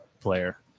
player